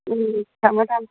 ꯎꯝ ꯊꯝꯃꯣ ꯊꯝꯃꯣ